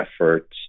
efforts